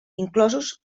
inclosos